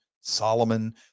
Solomon